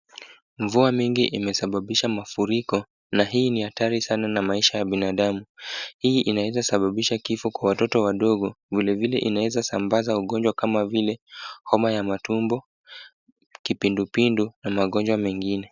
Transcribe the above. Mvua mingi imesababisha mafuriko, na hii nihatari sana na maisha ya binadamu. Hii inaweza sababisha kifo kwa watoto wagogo, vile vile inaweza sambaza ugonjwa kama vile homa ya matumbo, kipindu pindu na magonjwa mengine.